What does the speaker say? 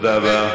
תודה רבה.